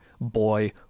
boy